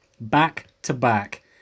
back-to-back